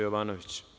Jovanović.